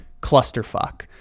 clusterfuck